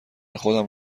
خودم